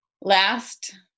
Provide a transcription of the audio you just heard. last